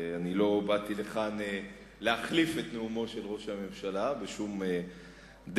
ואני לא באתי לכאן להחליף את נאומו של ראש הממשלה בשום דרך.